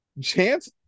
Chance